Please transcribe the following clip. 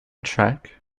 trek